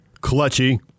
clutchy